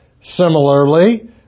Similarly